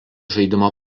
žaidimo